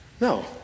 No